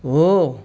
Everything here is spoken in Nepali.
हो